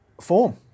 form